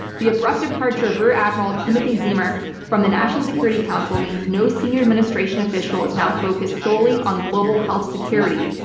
the abrupt departure of rear admiral timothy zimmer from the national security council means no senior administration official is now focused solely on global health security.